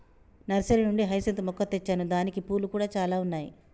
nursery నుండి hyacinth మొక్క తెచ్చాను దానికి పూలు కూడా చాల ఉన్నాయి